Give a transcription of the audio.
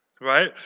right